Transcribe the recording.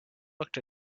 looked